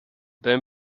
then